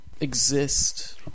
exist